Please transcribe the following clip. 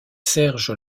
serge